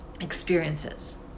experiences